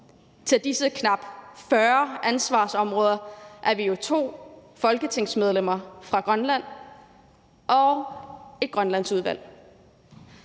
Til disse knap 40 ansvarsområder er vi jo to folketingsmedlemmer fra Grønland og et Grønlandsudvalg.